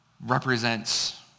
represents